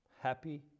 happy